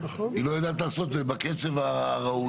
היא לא יודעת לעשות את זה בצב הראוי.